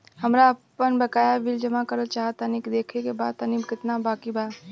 हमरा आपन बाकया बिल जमा करल चाह तनि देखऽ के बा ताई केतना बाकि बा?